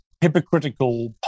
hypocritical